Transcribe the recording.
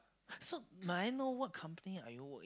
so may I know what company are you work in